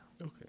Okay